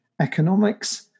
economics